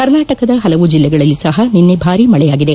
ಕರ್ನಾಟಕದ ಹಲವು ಜಿಲ್ಲೆಗಳಲ್ಲಿ ಸಹ ನಿನ್ನೆ ಭಾರಿ ಮಳೆಯಾಗಿದೆ